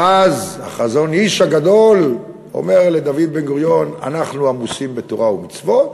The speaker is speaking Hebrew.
ואז החזון-אי"ש הגדול אומר לדוד בן-גוריון: אנחנו עמוסים בתורה ומצוות